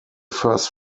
first